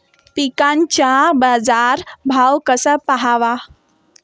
पिकांचा बाजार भाव कसा पहावा?